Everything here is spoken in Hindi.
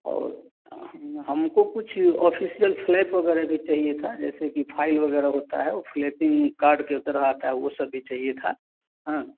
और हम हमको कुछ ऑफ़िसियल फ़्लैप वगैरह भी चाहिए था जैसे कि फ़ाइल वगैरह होता है वो फ़्लैपिंग कार्ड के तरह आता है वो सब भी चाहिए था हाँ